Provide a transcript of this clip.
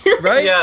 Right